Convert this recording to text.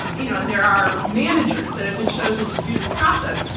um you know and there are managers that have been chosen to do this process,